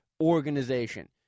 organization